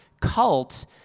cult